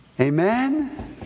Amen